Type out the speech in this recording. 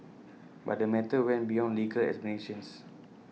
but the matter went beyond legal explanations